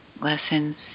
lessons